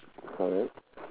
correct